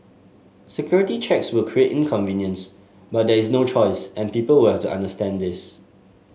security checks will create inconvenience but there is no choice and people will have to understand this